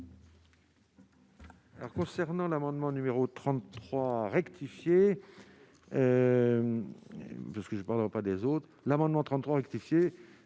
concernant l'amendement numéro 33 rectifié, parce que je ne parlons pas des autres, l'amendement 33 rectifié,